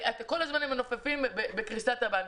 כל הזמן הם מנופפים בקריסת הבנקים.